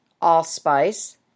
allspice